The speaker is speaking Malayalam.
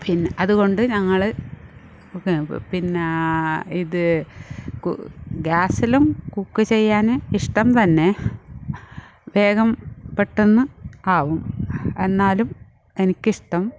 പിന്നെ അതുകൊണ്ട് ഞങ്ങൾ പിന്നെ ഇത് കു ഗ്യാസിലും കുക്ക് ചെയ്യാൻ ഇഷ്ടം തന്നെ വേഗം പെട്ടന്ന് ആകും എന്നാലും എനിക്കിഷ്ടം